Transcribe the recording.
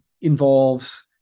involves